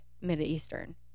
mid-eastern